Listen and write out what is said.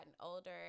older